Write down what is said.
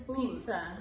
pizza